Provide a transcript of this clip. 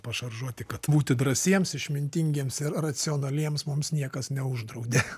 pašaržuoti kad būti drąsiems išmintingiems ir racionaliems mums niekas neuždraudė